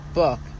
book